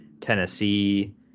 Tennessee